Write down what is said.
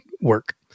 work